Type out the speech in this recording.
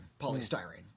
polystyrene